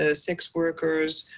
ah sex workers,